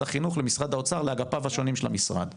החינוך למשרד האוצר ולאגפיו השונים של משרד האוצר.